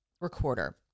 recorder